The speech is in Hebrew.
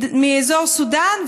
מאזור סודאן,